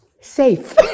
Safe